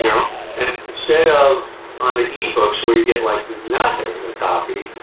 yeah and and instead of on the ebooks where we get, like, nothing a copy,